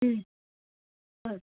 ಹ್ಞೂ ಹಾಂ